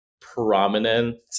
prominent